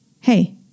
Hey